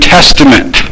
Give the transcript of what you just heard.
Testament